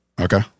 Okay